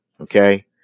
Okay